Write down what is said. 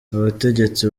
abategetsi